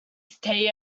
stay